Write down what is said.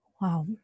Wow